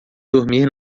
dormir